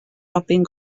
robin